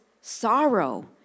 sorrow